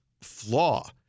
flaw